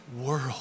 world